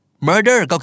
Murder